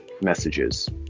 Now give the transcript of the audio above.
messages